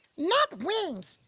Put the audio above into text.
not wings.